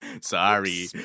Sorry